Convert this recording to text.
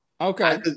okay